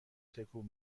تکون